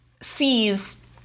sees